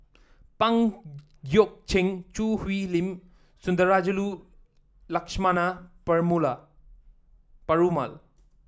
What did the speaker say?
Pang Guek Cheng Choo Hwee Lim Sundarajulu Lakshmana Perumal